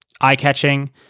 eye-catching